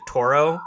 Toro